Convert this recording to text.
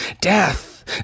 death